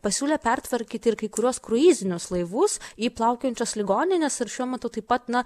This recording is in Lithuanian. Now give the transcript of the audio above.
pasiūlė pertvarkyti ir kai kuriuos kruizinius laivus į plaukiojančias ligonines ir šiuo metu taip pat na